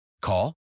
Call